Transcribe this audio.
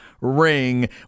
ring